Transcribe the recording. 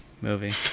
movie